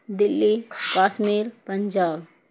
Delhi Kashmir Punjab